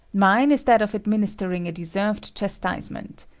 mine is that of administering a deserved chastisement.